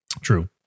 True